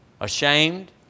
ashamed